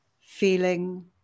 feeling